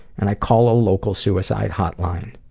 and i call a local suicide hot-line,